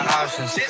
options